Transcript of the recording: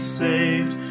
saved